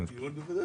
בוודאי.